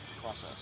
process